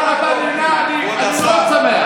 אם אתה נהנה, אני מאוד שמח.